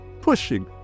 pushing